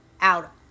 out